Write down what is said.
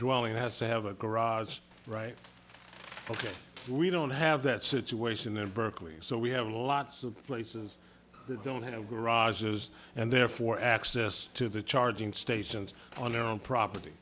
dwelling has to have a garage right ok we don't have that situation in berkeley so we have lots of places that don't have garage is and therefore access to the charging stations on their own property